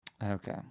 Okay